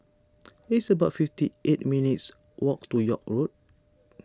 it's about fifty eight minutes' walk to York Road